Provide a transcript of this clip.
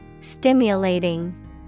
stimulating